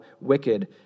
wicked